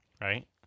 Right